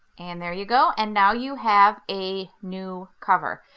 and there you go. and now you have a new cover.